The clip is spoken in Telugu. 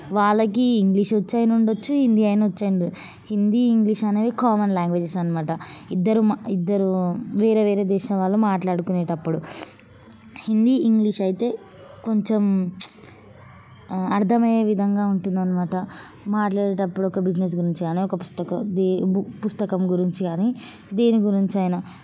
వాళ్ళకి ఇంగ్లీష్ వచ్చైనా ఉండవచ్చు హిందీ అయినా ఉండొచ్చు హిందీ ఇంగ్లీష్ అనేవి కామన్ లాంగ్వేజెస్ అన్నమాట ఇద్దరు ఇద్దరు వేరే వేరే దేశం వాళ్ళు మాట్లాడుకునేటప్పుడు హిందీ ఇంగ్లీష్ అయితే కొంచెం అర్థమయ్యే విధంగా ఉంటుంది అన్నమాట మాట్లాడేటప్పుడు ఒక బిజినెస్ గురించి కానీ ఒక పుస్తక దే పుస్తకం గురించి కానీ దేని గురించైనా